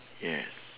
yes